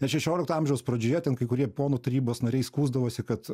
net šešiolikto amžiaus pradžioje ten kai kurie ponų tarybos nariai skųsdavosi kad